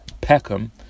Peckham